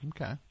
Okay